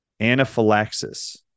Anaphylaxis